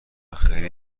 خیلی